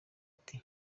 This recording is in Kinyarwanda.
ati